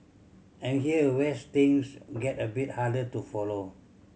and here where things get a bit harder to follow